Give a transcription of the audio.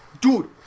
Dude